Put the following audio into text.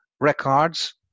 records